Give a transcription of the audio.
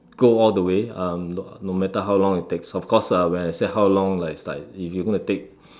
go all the way um no matter how long it takes of course uh when I say how long like it's like if you're going to take